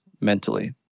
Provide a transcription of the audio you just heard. mentally